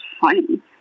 funny